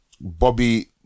Bobby